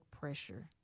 pressure